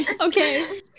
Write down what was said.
Okay